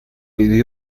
pide